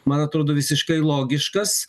man atrodo visiškai logiškas